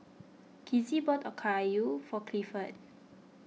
Kizzy bought Okayu for Clifford